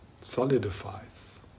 solidifies